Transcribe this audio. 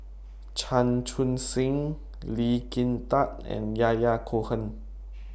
Chan Chun Sing Lee Kin Tat and Yahya Cohen